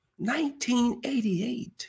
1988